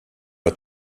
pas